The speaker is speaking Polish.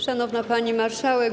Szanowna Pani Marszałek!